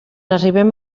arribem